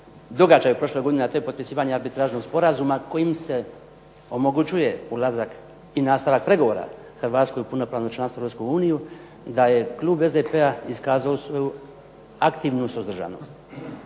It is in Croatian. događaj prošle godine, a to je potpisivanje arbitražnog sporazuma kojim se omogućuje ulazak i nastavak pregovora Hrvatske u punopravno članstvo Europsku uniju, da je klub SDP-a iskazao svoju aktivnu suzdržanost,